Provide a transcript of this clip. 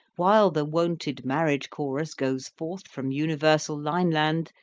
while the wonted marriage chorus goes forth from universal lineland,